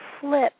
flip